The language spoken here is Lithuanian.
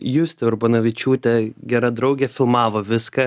justė urbonavičiūtė gera draugė filmavo viską